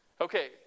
Okay